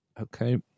Okay